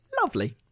lovely